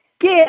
Give